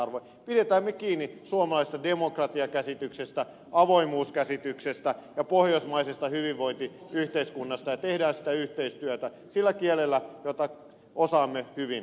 pidetään me kiinni suomalaisesta demokratiakäsityksestä avoimuuskäsityksestä ja pohjoismaisesta hyvinvointiyhteiskunnasta ja tehdään sitä yhteistyötä sillä kielellä jota osaamme hyvin kaikki